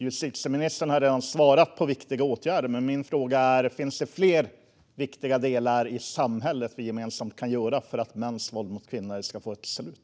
Justitieministern har redan berättat om viktiga åtgärder, men min fråga är: Finns det fler viktiga delar som vi i samhället gemensamt kan jobba med för att mäns våld mot kvinnor ska få ett slut?